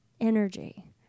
energy